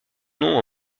nom